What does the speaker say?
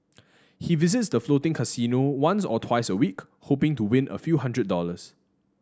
he visits the floating casino once or twice a week hoping to win a few hundred dollars